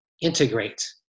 Integrate